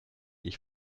ich